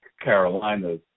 Carolina's